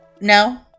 No